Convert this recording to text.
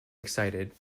excited